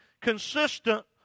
consistent